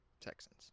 Texans